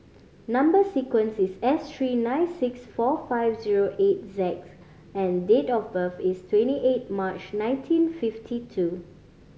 number sequence is S three nine six four five zero eight Z and date of birth is twenty eight March nineteen fifty two